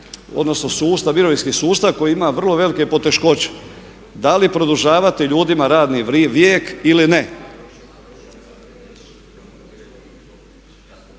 sustav, mirovinski sustav koji ima vrlo velike poteškoće? Da li produžavati ljudima radni vijek ili ne?